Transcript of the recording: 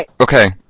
Okay